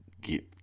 get